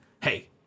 hey